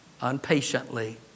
unpatiently